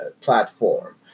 platform